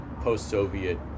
post-Soviet